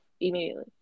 immediately